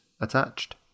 attached